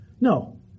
No